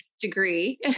degree